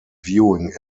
viewing